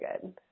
good